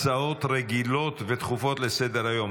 הצעות רגילות ודחופות לסדר-היום.